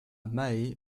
mahé